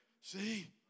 See